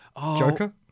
Joker